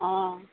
অঁ